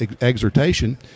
exhortation